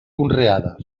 conreada